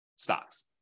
stocks